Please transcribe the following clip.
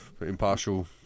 impartial